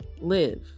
live